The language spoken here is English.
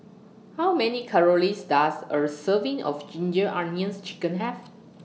How Many Calories Does A Serving of Ginger Onions Chicken Have